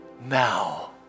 now